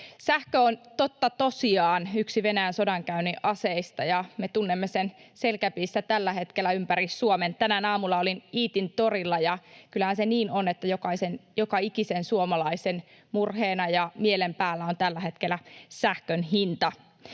Sähkö on totta tosiaan yksi Venäjän sodankäynnin aseista, ja me tunnemme sen selkäpiissä tällä hetkellä ympäri Suomen. Tänään aamulla olin Iitin torilla, ja kyllähän se niin on, että joka ikisen suomalaisen murheena ja mielen päällä on tällä hetkellä sähkön hinta.